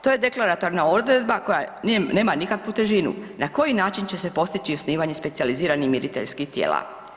To je deklaratorna odredba koja nema nikakvu težinu na koji način će se postići osnivanje specijaliziranih miriteljskih tijela.